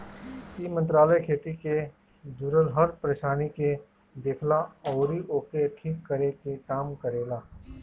इ मंत्रालय खेती से जुड़ल हर परेशानी के देखेला अउरी ओके ठीक करे के काम करेला